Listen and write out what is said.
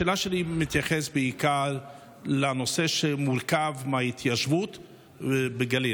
השאלה שלי מתייחסת בעיקר לנושא שמורכב מההתיישבות בגליל.